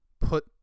put